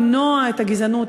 למנוע את הגזענות,